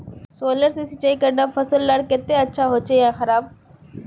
Solar से सिंचाई करना फसल लार केते अच्छा होचे या खराब?